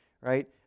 right